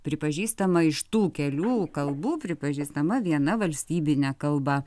pripažįstama iš tų kelių kalbų pripažįstama viena valstybine kalba